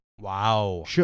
wow